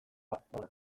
babarruna